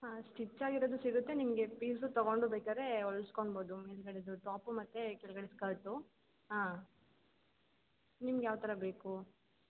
ಹಾಂ ಸ್ಟಿಚ್ಚಾಗಿರೋದು ಸಿಗುತ್ತೆ ನಿಮಗೆ ಪೀಸು ತಗೊಂಡು ಬೇಕಾದ್ರೇ ಹೊಲ್ಸ್ಕೊಳ್ಬೋದು ಮೇಲುಗಡೆದು ಟಾಪು ಮತ್ತು ಕೆಳಗಡೆ ಸ್ಕರ್ಟು ಹಾಂ ನಿಮ್ಗೆ ಯಾವ ಥರ ಬೇಕು